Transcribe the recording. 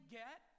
get